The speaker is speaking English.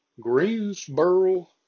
Greensboro